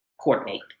coordinate